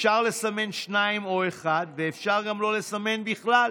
אפשר לסמן שניים או אחד, ואפשר גם לא לסמן בכלל.